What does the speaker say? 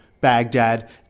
Baghdad